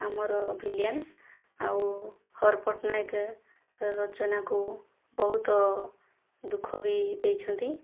ଆମର ଭିଲିୟାନ ଆଉ ହର ପଟ୍ଟନାୟକ ରଚନାକୁ ବହୁତ ଦୁଖ ବି ଦେଇଛନ୍ତି